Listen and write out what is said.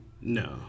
No